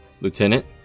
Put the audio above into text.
Lieutenant